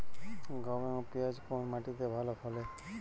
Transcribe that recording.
গম এবং পিয়াজ কোন মাটি তে ভালো ফলে?